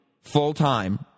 full-time